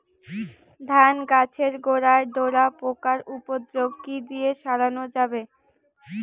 ধান গাছের গোড়ায় ডোরা পোকার উপদ্রব কি দিয়ে সারানো যাবে?